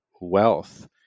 wealth